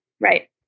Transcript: right